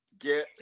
Get